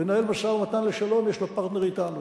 לנהל משא-ומתן לשלום, יש לו פרטנר אתנו.